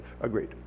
Agreed